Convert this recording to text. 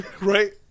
right